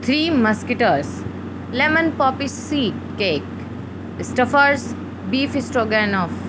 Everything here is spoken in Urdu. three musketeers lemon poppy seed cake stuffers beef stew gun of